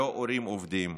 לא הורים עובדים,